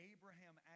Abraham